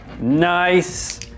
Nice